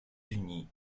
unis